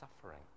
suffering